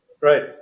Right